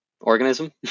Organism